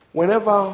whenever